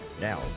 Now